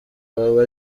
baba